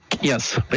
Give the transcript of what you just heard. Yes